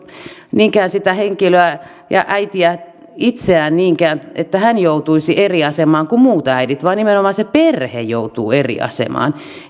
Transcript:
koske sitä henkilöä ja äitiä itseään niinkään että hän joutuisi eri asemaan kuin muut äidit vaan nimenomaan se perhe joutuu eri asemaan